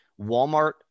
Walmart